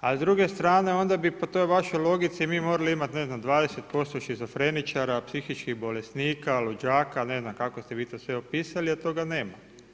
a s druge strane onda bi po toj vašoj logici mi morali imati 20% šizofreničara, psihičkih bolesnika, luđaka, ne znam kako ste vi to sve opisali, a toga nema.